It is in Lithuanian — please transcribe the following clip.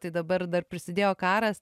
tai dabar dar prisidėjo karas